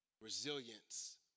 Resilience